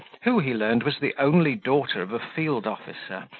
who, he learned, was the only daughter of a field-officer,